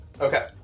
Okay